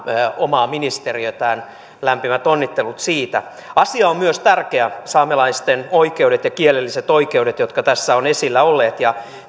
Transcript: omaa ministeriötään lämpimät onnittelut siitä asia on myös tärkeä saamelaisten oikeudet ja kielelliset oikeudet jotka tässä ovat esillä olleet